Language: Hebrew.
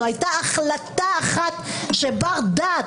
לא הייתה החלטה אחת שבר דעת,